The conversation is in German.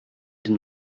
den